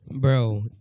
Bro